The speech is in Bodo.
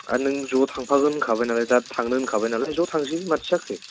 आर नों ज' थांफागोन होनखाबायनालाय दा थांनो होनखाबाय नालाय ज' थांसै माथो जाखो